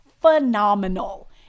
phenomenal